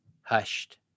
hushed